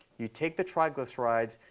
you take the triglycerides.